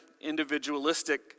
individualistic